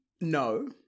no